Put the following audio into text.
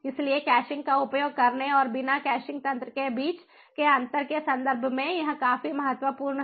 इसलिए कैशिंग का उपयोग करने और बिना कैशिंग तंत्र के बीच के अंतर के संदर्भ में यह काफी महत्वपूर्ण है